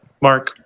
Mark